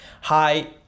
hi